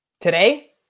Today